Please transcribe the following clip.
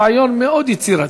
רעיון מאוד יצירתי.